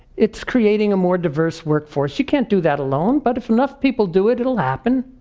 it's creating a more diverse work force. you can't do that alone, but if enough people do it it'll happen.